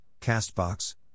Castbox